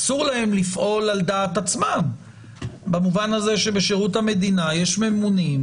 אסור להם לפעול על דעת עצמם במובן הזה שבשירות המדינה יש ממונים,